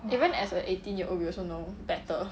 even as a eighteen year old we also know better